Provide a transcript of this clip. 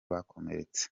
bakomeretse